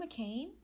McCain